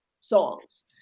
songs